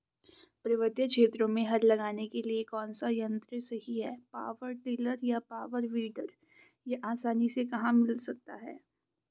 पर्वतीय क्षेत्रों में हल लगाने के लिए कौन सा यन्त्र सही है पावर टिलर या पावर वीडर यह आसानी से कहाँ मिल सकता है?